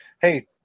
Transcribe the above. hey